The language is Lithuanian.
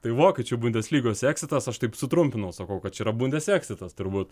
tai vokiečių bundeslygos eksitas aš taip sutrumpinau sakau kad čia yra bundeseksitas turbūt